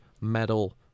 metal